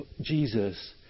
Jesus